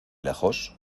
lejos